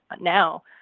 now